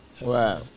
Wow